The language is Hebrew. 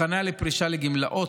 הכנה לפרישה לגמלאות,